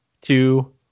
two